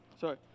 sorry